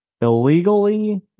Illegally